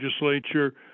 legislature